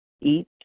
eat